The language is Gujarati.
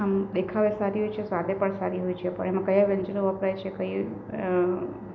આમ દેખાવે સારી હોય છે સ્વાદે પણ સારી હોય છે પણ એમાં કયા વ્યંજનો વપરાય છે કઈ